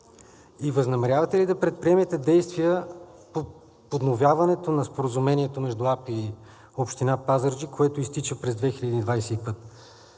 и възнамерявате ли да предприемете действия но подновяването на споразумението между АПИ и Община Пазарджик, което изтича през 2025 г.?